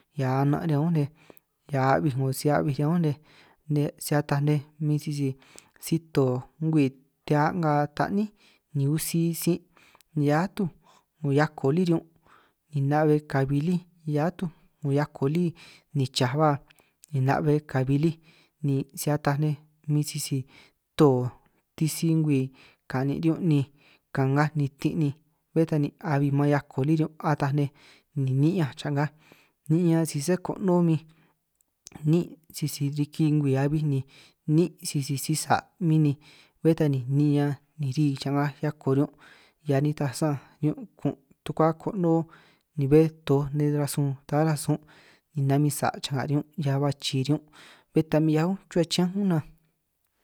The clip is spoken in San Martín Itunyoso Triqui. Hiaj a'nan' riñan únj nej hiaj a'bi' 'ngo si a'bij riñan únj nej si ataj nej min sisi si-to' ngwii, te hiaj a'nga ta'ní ni utsi sin' ni hiaj atuj 'ngo hiako' lí riñun' ni na'be kabi lí hiaj atuj 'ngo hiako lí nichaj ba ni na'be kabi lí, ni si ataj min sisi to titsi ngwii kanin' riñun' ni ka'ngaj nitin' ni bé ta ni abi man 'hiaj ko lí riñun' ataj nej, ni'ñanj cha'ngaj ni'ñan si sé kono'ó min níin' sisi riki ngwii abi ni níin' sisi sisa' min ni bé ta ni ni'ñan ni ri cha'ngaj hiako riñun', hia nitaj san'anj riñun' kun' tukuá kono'ó ni bé toj nej rasun ta aráj sun' ni namin' sa' cha'nga' riñun', 'hia ba chii' riñun' bé ta min 'hiaj únj chuhua chiñán ñunj nanj.